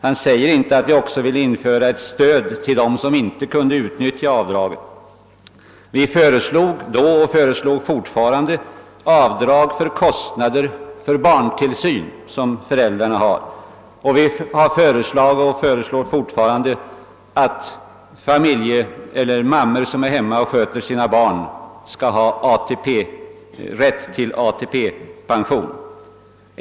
Han talar hellre inte om att vi också ville införa ett stöd till dem som inte kunde utnyttja avdraget. Vi föreslog då, och föreslår fortfarande, avdrag för föräldrarnas kostnader för barntillsyn. Vi har föreslagit och föreslår fortfarande att mödrar som är hemma och sköter sina barn skall ha rätt till ATP-pension.